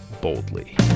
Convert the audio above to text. boldly